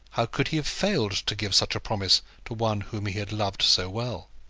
how could he have failed to give such a promise to one whom he had loved so well?